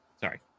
sorry